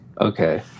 okay